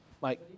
Mike